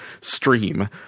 stream